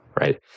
Right